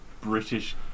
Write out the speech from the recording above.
British